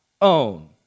own